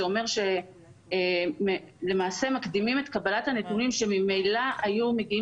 זה אומר שמקדימים את קבלת הנתונים שממילא היו מגיעים